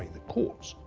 the courts,